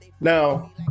Now